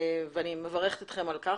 ואני מברכת אתכם על כך,